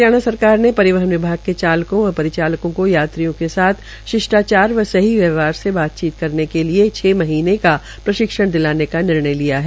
हरियाणा सरकार ने परिवहन विभाग के चालकों व परिचालकों को यात्रियों के साथ शिष्टाचार व सही व्यवहार से बातचीत करने के लिए छ महीनें का प्रशिक्षण दिलाने का निर्णय किया है